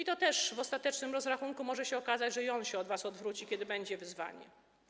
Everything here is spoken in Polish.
I też w ostatecznym rozrachunku może się okazać, że i on się od was odwróci, kiedy będzie wyzwanie.